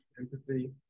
empathy